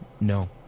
no